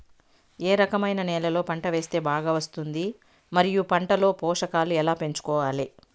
ఏ రకమైన నేలలో పంట వేస్తే బాగా వస్తుంది? మరియు పంట లో పోషకాలు ఎలా పెంచుకోవాలి?